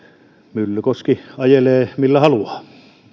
myllykoski ajelee millä haluaa